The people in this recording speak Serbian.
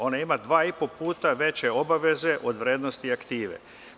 Ona ima dva i po puta veće obaveze od vrednosti aktive.